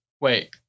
Wait